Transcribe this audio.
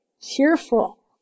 Cheerful